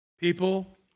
People